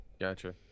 gotcha